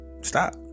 Stop